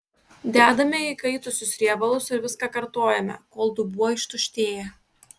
dedame į įkaitusius riebalus ir viską kartojame kol dubuo ištuštėja